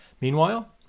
Meanwhile